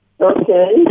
okay